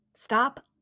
Stop